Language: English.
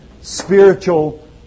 spiritual